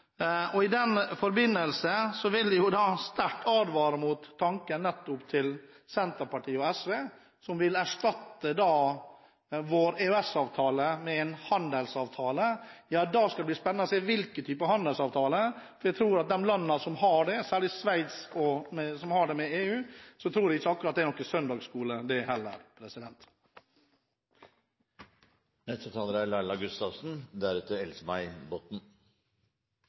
I den forbindelse vil jeg sterkt advare mot tanken til nettopp Senterpartiet og SV, som vil erstatte vår EØS-avtale med en handelsavtale. Ja, da skal det bli spennende å se hvilken type handelsavtale. Jeg tror at for de landene som har handelsavtale med EU, særlig Sveits, er det ikke akkurat noen søndagsskole det heller. Arbeiderpartiets visjon for Europa er jo den samme som den vi har for Norge. Utgangspunktet vårt er